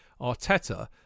Arteta